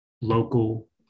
local